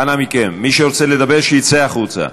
אנא מכם, מי שרוצה לדבר שיצא החוצה.